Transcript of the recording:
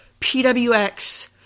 PWX